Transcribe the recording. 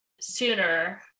sooner